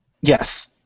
Yes